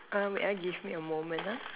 um wait ah give me a moment ah